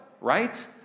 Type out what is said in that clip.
right